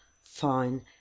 fine